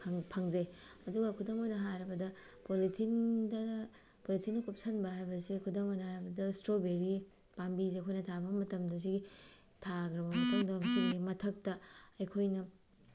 ꯐꯪ ꯐꯪꯖꯩ ꯑꯗꯨꯒ ꯈꯨꯗꯝ ꯑꯣꯏꯅ ꯍꯥꯏꯔꯕꯗ ꯄꯣꯂꯤꯊꯤꯟꯗ ꯄꯣꯂꯤꯊꯤꯟꯅ ꯀꯨꯝꯁꯤꯟꯕ ꯍꯥꯏꯕꯁꯦ ꯈꯨꯗꯝ ꯑꯣꯏꯅ ꯍꯥꯏꯔꯕꯗ ꯏꯁꯇ꯭ꯔꯣꯕꯦꯔꯤꯁꯦ ꯄꯥꯝꯕꯤꯁꯦ ꯑꯩꯈꯣꯏꯅ ꯊꯥꯕ ꯃꯇꯝꯗ ꯁꯤꯒꯤ ꯊꯥꯈ꯭ꯔꯕ ꯃꯇꯨꯡꯗ ꯃꯊꯛꯇ ꯑꯩꯈꯣꯏꯅ